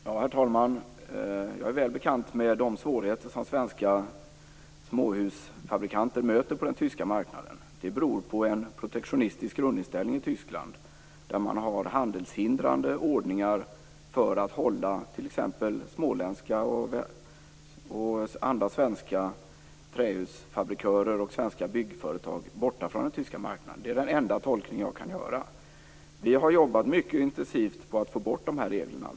Herr talman! Jag är väl bekant med de svårigheter som svenska småhusfabrikanter möter på den tyska marknaden. Det beror på en protektionistisk grundinställning i Tyskland, där det finns handelshindrande ordningar för att hålla småländska och andra svenska trähusfabrikörer och byggföretag borta från den tyska marknaden. Det är den enda tolkning jag kan göra. Vi har jobbat mycket intensivt för att få bort reglerna.